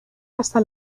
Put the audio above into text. hasta